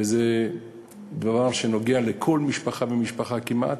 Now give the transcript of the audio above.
וזה דבר שנוגע בכל משפחה ומשפחה כמעט,